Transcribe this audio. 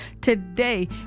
Today